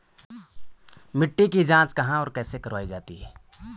मिट्टी की जाँच कहाँ और कैसे करवायी जाती है?